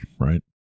right